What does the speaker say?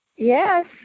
Yes